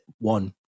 one